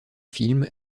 film